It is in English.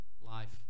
life